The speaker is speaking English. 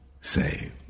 saved